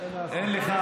אין מה לעשות, אין לך.